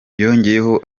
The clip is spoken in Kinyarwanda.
yongeyeho